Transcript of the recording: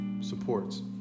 supports